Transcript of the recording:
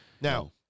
Now